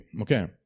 Okay